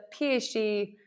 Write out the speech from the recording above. PhD